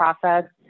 process